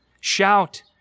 Shout